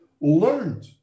learned